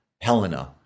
Helena